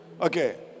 Okay